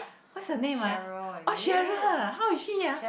what's the name ah oh Sharal how is she ah